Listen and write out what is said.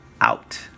out